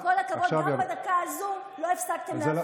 ואם אתה לא